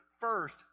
first